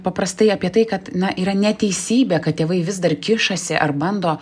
paprastai apie tai kad na yra neteisybė kad tėvai vis dar kišasi ar bando